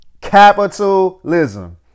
Capitalism